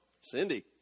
Cindy